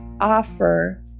offer